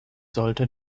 sollte